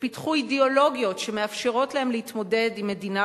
ופיתחו אידיאולוגיות שמאפשרות להן להתמודד עם מדינה